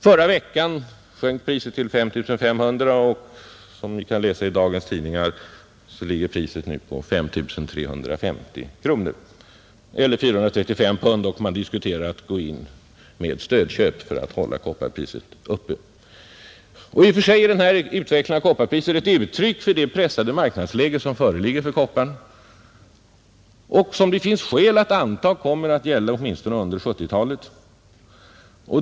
Förra veckan sjönk priset till 5 500, och som ni kan läsa i dagens tidningar ligger priset nu på 5 350 kronor, eller 435 pund, och man diskuterar att gå in med stödköp för att hålla kopparpriset uppe. I och för sig är den här utvecklingen av kopparpriset ett uttryck för det pressade marknadsläge som föreligger för kopparn och som det finns skäl anta kommer att gälla åtminstone under 1970-talet.